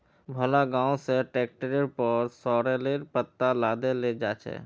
भोला गांव स ट्रैक्टरेर पर सॉरेलेर पत्ता लादे लेजा छ